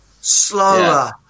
slower